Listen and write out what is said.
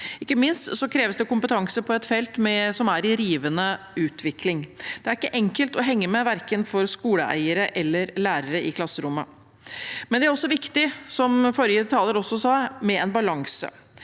Ikke minst krever det kompetanse på et felt som er i rivende utvikling. Det er ikke enkelt å henge med verken for skoleeiere eller lærere i klasserommet. Det er også viktig med en balanse,